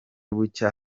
bucya